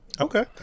Okay